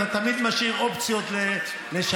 אתה תמיד משאיר אופציות לשפר,